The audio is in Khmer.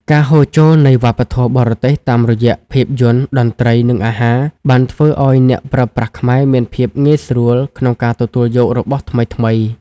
ការហូរចូលនៃវប្បធម៌បរទេសតាមរយៈភាពយន្ត តន្ត្រី និងអាហារ បានធ្វើឱ្យអ្នកប្រើប្រាស់ខ្មែរមានភាពងាយស្រួលក្នុងការទទួលយករបស់ថ្មីៗ។